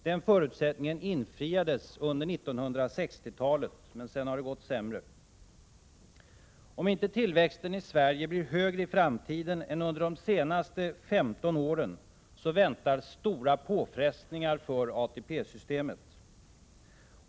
Den förutsättningen infriades under 1960-talet, men sedan har det gått sämre. Om inte tillväxten i Sverige blir högre i framtiden än under de senaste 15 åren, väntar stora påfrestningar på ATP-systemet.